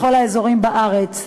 בכל האזורים בארץ.